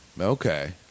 okay